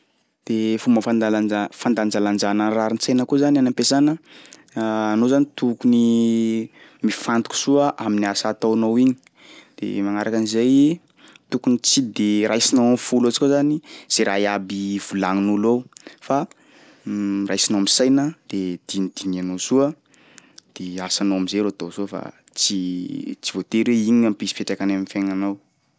De fomba fandalanja- fandanjalanjana rarin-tsaina koa zany any am-piasana, anao zany tokony mifantoky soa amin'ny asa ataonao igny de magnaraka an'zay tokony tsy de raisinao am'fo loatsy koa zany zay raha iaby volagninolo eo fa raisinao am'saina de dinidinihanao soa de asanao am'zay ro atao soa fa tsy tsy voatery hoe igny ampisy fiantraikany am'fiaignanao.